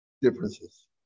differences